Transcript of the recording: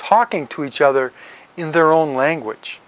talking to each other in their own language